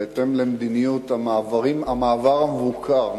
בהתאם למדיניות המעבר המבוקר,